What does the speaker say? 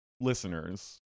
listeners